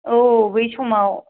औ बै समाव